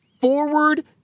forward